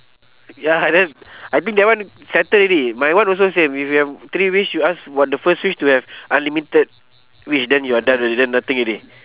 ya then I think that one settle already my one also same if you have three wish you ask for the first wish to have unlimited wish then you are done already then nothing already